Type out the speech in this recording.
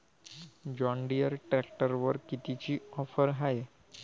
John Deere ट्रॅक्टरवर कितीची offer हाये?